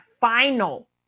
final